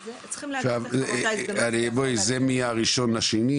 זה מה-1 בפברואר.